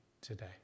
today